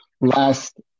last